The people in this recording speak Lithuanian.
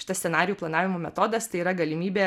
šitas scenarijų planavimo metodas tai yra galimybė